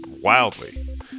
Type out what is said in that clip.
wildly